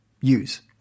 use